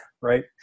Right